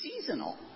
seasonal